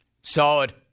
Solid